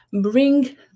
bring